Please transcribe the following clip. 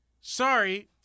Sorry